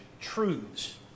truths